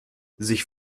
sich